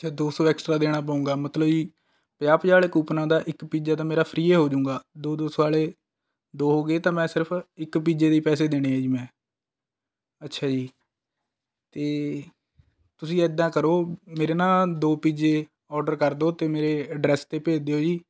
ਅੱਛਾ ਦੋ ਸੌ ਐਕਸਟਰਾ ਦੇਣਾ ਪਵੇਗਾ ਮਤਲਬ ਜੀ ਪੰਜਾਹ ਪੰਜਾਹ ਵਾਲੇ ਕੂਪਨਾਂ ਦਾ ਇੱਕ ਪੀਜ਼ਾ ਤਾਂ ਮੇਰਾ ਫ੍ਰੀ ਹੋ ਜਾਵੇਗਾ ਦੋ ਦੋ ਸੌ ਵਾਲੇ ਦੋ ਹੋ ਗਏ ਤਾਂ ਮੈ ਸਿਰਫ਼ ਇੱਕ ਪੀਜ਼ੇ ਦੇ ਹੀ ਪੈਸੇ ਦੇਣੇ ਹੈ ਜੀ ਮੈਂ ਅੱਛਾ ਜੀ ਅਤੇ ਤੁਸੀਂ ਇੱਦਾਂ ਕਰੋ ਮੇਰੇ ਨਾ ਦੋ ਪੀਜ਼ੇ ਔਰਡਰ ਕਰ ਦਿਉ ਅਤੇ ਮੇਰੇ ਐਡਰੈਸ 'ਤੇ ਭੇਜ ਦਿਓ ਜੀ